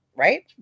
right